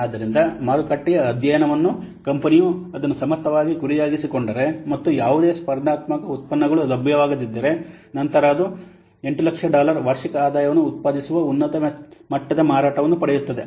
ಆದ್ದರಿಂದ ಮಾರುಕಟ್ಟೆಯ ಅಧ್ಯಯನವನ್ನು ಕಂಪನಿಯು ಅದನ್ನು ಸಮರ್ಥವಾಗಿ ಗುರಿಯಾಗಿಸಿಕೊಂಡರೆ ಮತ್ತು ಯಾವುದೇ ಸ್ಪರ್ಧಾತ್ಮಕ ಉತ್ಪನ್ನಗಳು ಲಭ್ಯವಾಗದಿದ್ದರೆ ನಂತರ ಅದು 800000 ಡಾಲರ್ ವಾರ್ಷಿಕ ಆದಾಯವನ್ನು ಉತ್ಪಾದಿಸುವ ಉನ್ನತ ಮಟ್ಟದ ಮಾರಾಟವನ್ನು ಪಡೆಯುತ್ತದೆ